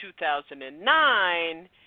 2009